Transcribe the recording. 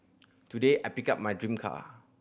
today I picked up my dream car